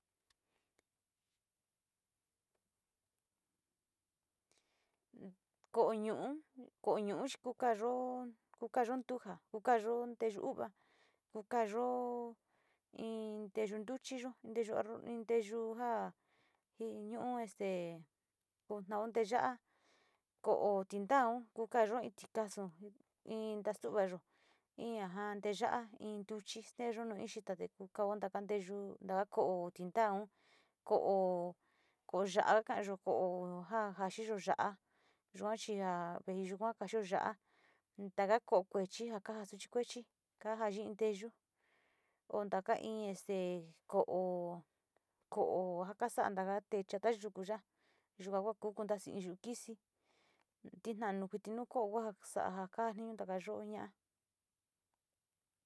Ko´o ñu´u, ko´o ñu´u ku kaayo, ku kaayo ntuja, ku kaayo nteyu u´uva, kuu kaayo in teeyu ntuchiyo, in teeyu ja ji nuu este o nao nteya´a, ko´o tintaun kuu kaayo in tikasu in ntastu´uvayo, in a ja nteeya´a, in ntuchi steeyo un in xita te ku kao taka nteyuu, taka ko´o tintaaun ko´o ya´a ka´ayo ko´o ja jaxiyo ya´a yua chi a yuya kaxio ya´a, taka ko´o kuechi taka ja kajaa suchi kuechi kajayi in nteyu o taka in stee ko´o, ko´o ja kasa tee yata yuku yaa, yuga ku kantasi in yuu kisi, tina´a nu kuiti nu ko´o sa´a kaani taka yo ña´a.